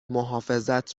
محافظت